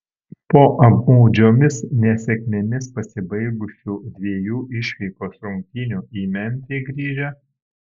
po apmaudžiomis nesėkmėmis pasibaigusių dviejų išvykos rungtynių į memfį grįžę